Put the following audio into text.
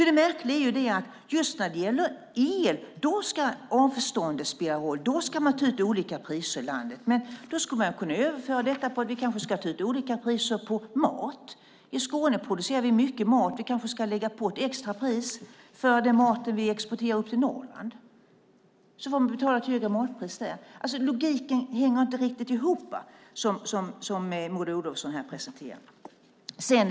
Det märkliga är att just när det gäller el ska avståndet spela roll, och då ska man ta ut olika priser i landet. Man skulle ju kunna överföra detta och ta ut olika priser på mat. I Skåne producerar vi mycket mat. Vi kanske ska lägga på lite extra på priset för den mat vi exporterar upp till Norrland, så får de betala ett högre matpris där. Den logik som Maud Olofsson presenterar här hänger inte riktigt ihop.